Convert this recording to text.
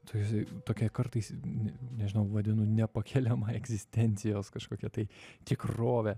tai tokia kartais ne nežinau vadinu nepakeliama egzistencijos kažkokia tai tikrove